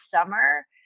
summer